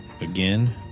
again